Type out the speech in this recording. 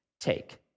take